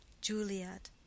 Juliet